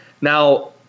Now –